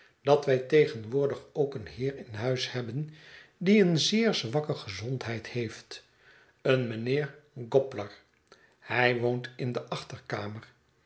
dat wij tegenwoordig ook een heer in huis hebben die een zeer zwakke gezondheid heeft een meneer gobler hij woont in de achterkamer